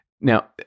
Now